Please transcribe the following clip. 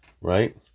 Right